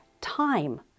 time